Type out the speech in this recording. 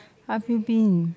how have you been